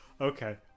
Okay